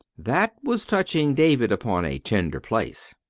that was touching david upon a tender place.